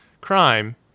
crime